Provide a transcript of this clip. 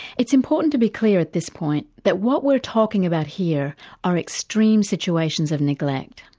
it's important to be clear at this point that what we're talking about here are extreme situations of neglect.